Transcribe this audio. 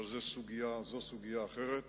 אבל זאת סוגיה אחרת.